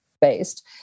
based